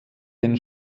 den